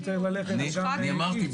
אמרתי,